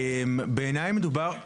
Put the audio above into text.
בעיניי מדובר בסוגיה,